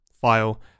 file